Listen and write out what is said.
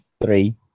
Three